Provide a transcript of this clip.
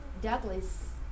Douglas